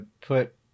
put